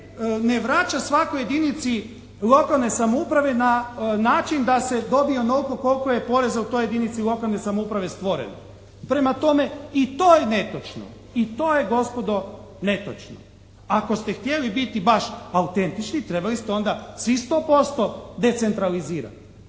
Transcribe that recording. ne vraća svakoj jedinici lokalne samouprave na način da se dobijemo onoliko koliko je poreza u toj jedinici lokalne samouprave stvoreno. Prema tome, i to je netočno. I to je gospodo netočno. Ako ste htjeli biti baš autentični trebali ste onda svih 100% decentralizirati.